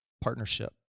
partnership